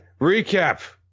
Recap